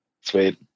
Sweet